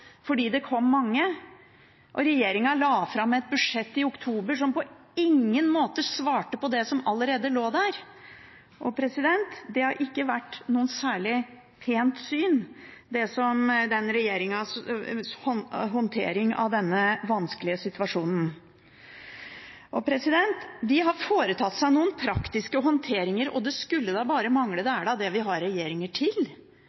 fordi det kom mange, og regjeringen la fram et budsjett i oktober som på ingen måte svarte på det som allerede lå der. Regjeringens håndtering av denne vanskelige situasjonen har ikke vært noe særlig pent syn. En har foretatt noen praktiske håndteringer – og det skulle da bare mangle, det er jo det vi har regjeringer til.